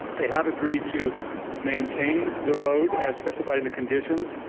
they have agreed to maintain the road as specified in the conditions.